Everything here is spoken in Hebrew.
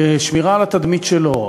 לשמירה על התדמית שלו,